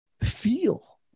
feel